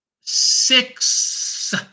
Six